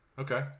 Okay